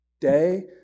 Day